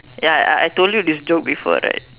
ya I I tell you this joke before right